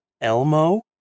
Elmo